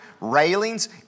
railings